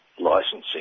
licensing